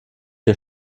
wir